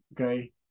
okay